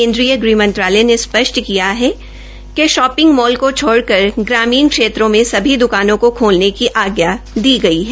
केन्द्रीय गृह मंत्रालय ने स्पष्ट किया है कि शॉपिंग मॉल को छोड कर ग्रामीण क्षेत्रों में सभी दकानों को खोलने की आज्ञा दी गई है